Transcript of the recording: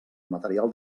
material